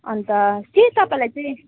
अन्त के तपाईँलाई चाहिँ